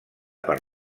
per